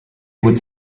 would